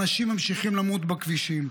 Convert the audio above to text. אנשים ממשיכים למות בכבישים.